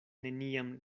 neniam